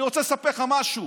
אני רוצה לספר לך משהו.